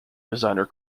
designer